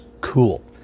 cool